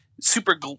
super